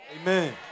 Amen